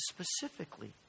specifically